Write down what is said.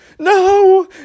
No